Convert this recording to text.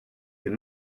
fait